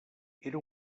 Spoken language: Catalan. era